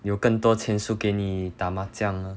有更多钱输你打麻将 ah